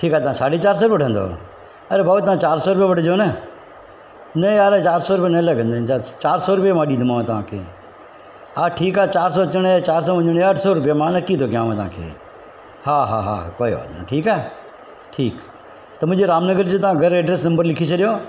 ठीकु आहे तव्हां साढी चार सौ रुपया वठंदव अड़े भाऊ तव्हां चार सौ वठिजो न न यार चार सौ रुपया लॻंदा आहिनि चार सौ रुपया मां ॾींदोमांव तव्हांखे हा ठीकु आहे चार सौ अचण जा चार सौ वञण जा अठ सौ रुपया मां नकी थो कयांव तव्हांखे हा हा हा कोई ॻाल्हि न आहे ठीकु आहे ठीकु त मुंहिंजे राम नगर जो तव्हां घर जो ऐड्रेस नंबर लिखी छॾियो